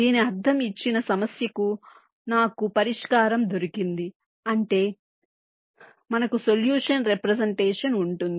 దీని అర్థం ఇచ్చిన సమస్యకు నాకు పరిష్కారం దొరికింది అంటే మనకు సొల్యూషన్ రెప్రెసెంటేషన్ ఉంటుంది